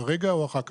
כרגע או אחר כך?